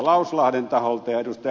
lauslahden ja ed